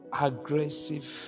aggressive